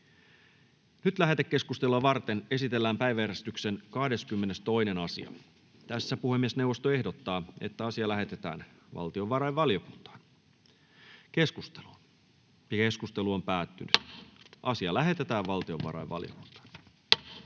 Lähetekeskustelua varten esitellään päiväjärjestyksen 12. asia. Puhemiesneuvosto ehdottaa, että asia lähetetään valtiovarainvaliokuntaan. Lähetekeskusteluun varataan ensi alkuun enintään 45 minuuttia.